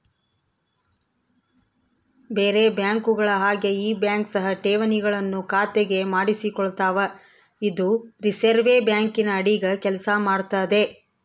ಬೇರೆ ಬ್ಯಾಂಕುಗಳ ಹಾಗೆ ಈ ಬ್ಯಾಂಕ್ ಸಹ ಠೇವಣಿಗಳನ್ನು ಖಾತೆಗೆ ಮಾಡಿಸಿಕೊಳ್ತಾವ ಇದು ರಿಸೆರ್ವೆ ಬ್ಯಾಂಕಿನ ಅಡಿಗ ಕೆಲ್ಸ ಮಾಡ್ತದೆ